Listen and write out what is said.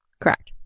Correct